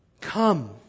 Come